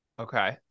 Okay